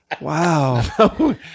Wow